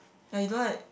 ya he don't like